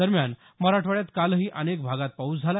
दरम्यान मराठवाड्यात कालही अनेक भागात पाऊस झाला